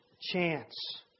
chance